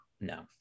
No